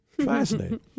Fascinating